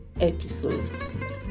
episode